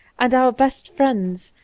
and our best friends,